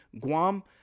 Guam